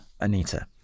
Anita